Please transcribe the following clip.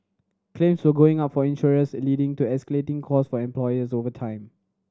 claims were going up for insurers leading to escalating cost for employers over time